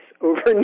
over